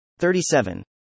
37